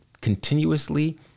continuously